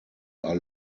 are